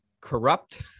corrupt